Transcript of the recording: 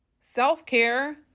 Self-care